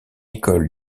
école